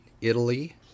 Italy